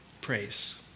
praise